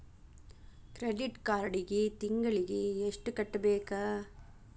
credit ಕಾರ್ಡಿಗಿ ತಿಂಗಳಿಗಿ ಎಷ್ಟ ಕಟ್ಟಬೇಕ